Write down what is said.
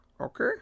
okay